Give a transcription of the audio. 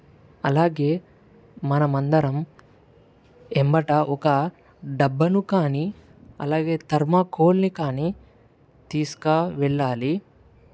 అలాగే మనం అందరం వెంబడి ఒక డబ్బాను కానీ అలాగే థర్మాకోల్ని కానీ తీసుకు వెళ్ళాలి